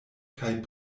kaj